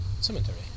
cemetery